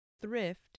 thrift